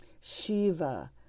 Shiva